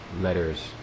letters